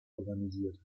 organisiert